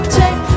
take